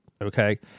Okay